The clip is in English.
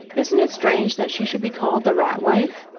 isn't it strange that she should be called the rat-wife?